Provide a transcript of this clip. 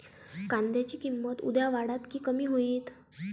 कांद्याची किंमत उद्या वाढात की कमी होईत?